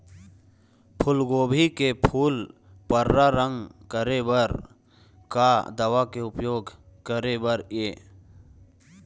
फूलगोभी के फूल पर्रा रंग करे बर का दवा के उपयोग करे बर ये?